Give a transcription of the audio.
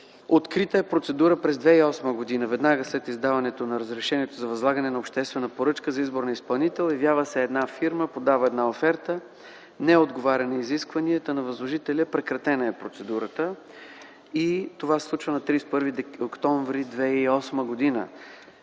Открита е процедура през 2008 г., веднага след издаването на разрешението за възлагане на обществена поръчка, за избор на изпълнител. Явява се една фирма, подава оферта, не отговаря на изискванията на възложителя и тази процедура е прекратена. Това се случва на 31 октомври 2008 г.